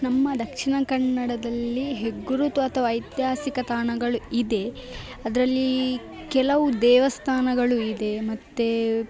ನಮ್ಮ ದಕ್ಷಿಣ ಕನ್ನಡದಲ್ಲಿ ಹೆಗ್ಗುರುತು ಅಥವಾ ಐತಿಹಾಸಿಕ ತಾಣಗಳು ಇದೆ ಅದರಲ್ಲಿ ಕೆಲವು ದೇವಸ್ಥಾನಗಳು ಇದೆ ಮತ್ತು